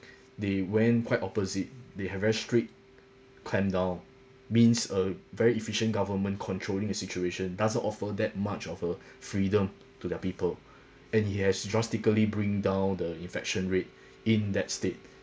they went quite opposite they have very strict clampdown means uh very efficient government controlling a situation doesn't offer that much of a freedom to their people and it has drastically bring down the infection rate in that state